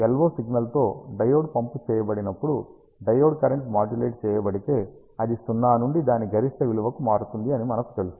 LO సిగ్నల్తో diode pump చేయబడినప్పుడు diode current modulate చేయబడితే అది 0 నుండి దాని గరిష్ట విలువకు మారుతుంది అని మనకు తెలుసు